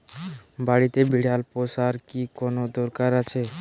বাড়িতে বিড়াল পোষার কি কোন দরকার আছে?